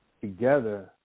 together